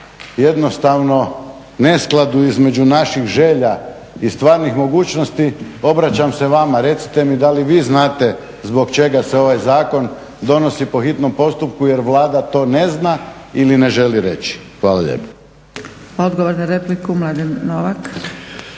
jednostavno neskladu između naših želja i stvarnih mogućnosti obraćam se vama, recite mi da li vi znate zbog čega se ovaj zakon donosi po hitnom postupku jer Vlada to ne zna ili ne želi reći. Hvala lijepo. **Zgrebec, Dragica